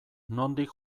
nondik